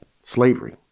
slavery